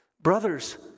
Brothers